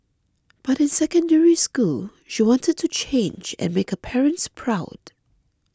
but in Secondary School she wanted to change and make her parents proud